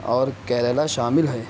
اور کیرلا شامل ہے